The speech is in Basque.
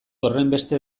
horrenbeste